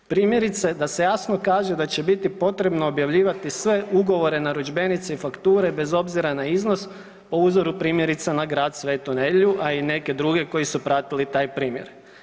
Primjerice da se jasno kaže da će biti potrebno objavljivati sve ugovore, narudžbenice i fakture bez obzira na iznos po uzoru primjerice na Grad Svetu Nedelju, a i neke druge koji su pratili taj primjer.